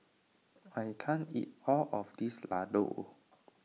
I can't eat all of this Ladoo